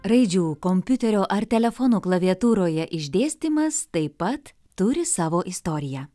raidžių kompiuterio ar telefono klaviatūroje išdėstymas taip pat turi savo istoriją